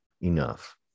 enough